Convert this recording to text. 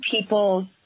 people